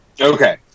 Okay